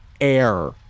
air